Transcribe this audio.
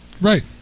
Right